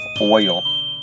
oil